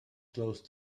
close